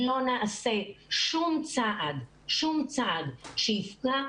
לא נעשה שום צעד, שום צעד, שיפגע.